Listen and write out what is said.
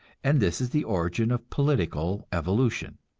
and this is the origin of political evolution.